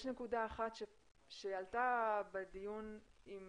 יש נקודה אחת שעלתה בדיון עם